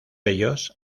ellos